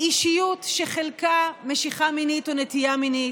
אישיות שחלקה משיכה מינית או נטייה מינית.